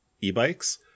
e-bikes